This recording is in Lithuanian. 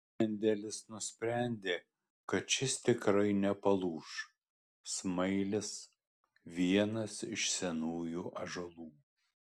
mendelis nusprendė kad šis tikrai nepalūš smailis vienas iš senųjų ąžuolų